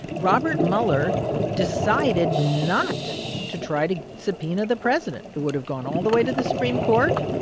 robert mueller decided not to try to subpoena the president. it would have gone all the way to the supreme court.